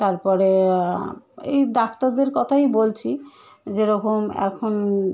তারপরে এই ডাক্তারদের কথাই বলছি যেরকম এখন